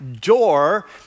door